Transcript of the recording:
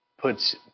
puts –